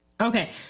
Okay